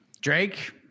Drake